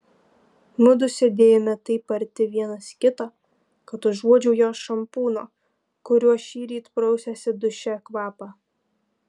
mudu sėdėjome taip arti vienas kito kad užuodžiau jos šampūno kuriuo šįryt prausėsi duše kvapą